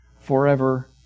forever